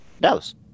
Dallas